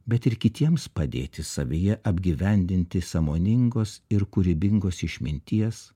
bet ir kitiems padėti savyje apgyvendinti sąmoningos ir kūrybingos išminties